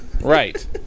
right